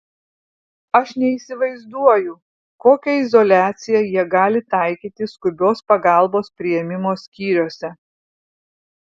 aš neįsivaizduoju kokią izoliaciją jie gali taikyti skubios pagalbos priėmimo skyriuose